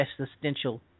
existential